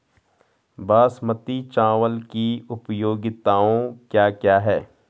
बासमती चावल की उपयोगिताओं क्या क्या हैं?